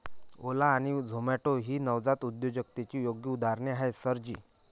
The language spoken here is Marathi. ओला आणि झोमाटो ही नवजात उद्योजकतेची योग्य उदाहरणे आहेत सर जी